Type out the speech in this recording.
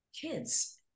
kids